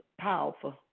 powerful